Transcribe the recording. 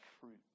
fruit